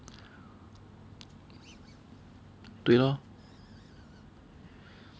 对 lor